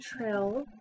Trill